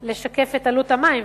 לשקף את עלות המים,